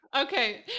Okay